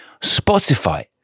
Spotify